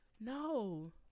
No